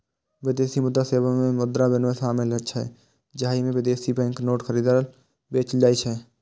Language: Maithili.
विदेशी मुद्रा सेवा मे मुद्रा विनिमय शामिल छै, जाहि मे विदेशी बैंक नोट खरीदल, बेचल जाइ छै